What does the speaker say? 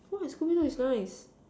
what scooby-doo is nice